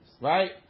Right